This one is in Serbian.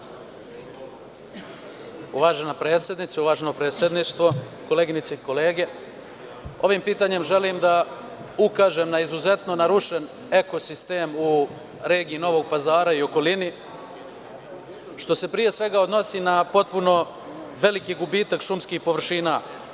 Poštovana predsednice, uvaženo predsedništvo, koleginice i kolege, ovim pitanjem želim da ukažem na izuzetno narušen ekosistem u regiji Novog Pazara i okolini, što se pre svega odnosi na potpuno veliki gubitak šumskih površina.